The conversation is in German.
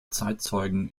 zeitzeugen